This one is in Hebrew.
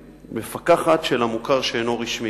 המפקחת של המוכר שאינו רשמי.